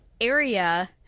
area